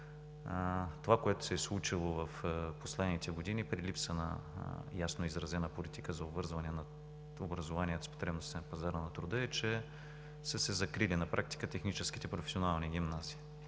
Това, което се е случило в последните години при липса на ясно изразена политика за обвързване на образование с потребностите на пазара на труда, че са се закрили на практика техническите професионални гимназии.